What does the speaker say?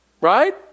right